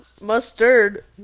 Mustard